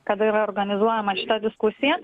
kada yra organizuojama šita diskusija